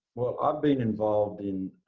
well, i've been involved in